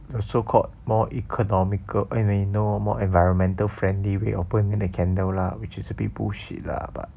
the so called more economical eh I mean the more environmental friendly when reopen in the candle lah which is a bit bullshit lah but